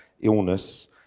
illness